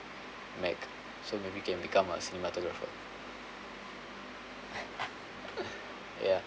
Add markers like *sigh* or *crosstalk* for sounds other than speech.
mac so maybe can become a cinematographer *laughs* ya